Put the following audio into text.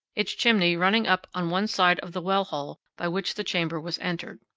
its chimney running up on one side of the wellhole by which the chamber was entered.